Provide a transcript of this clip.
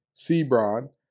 Sebron